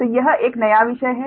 तो यह एक नया विषय है